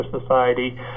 Society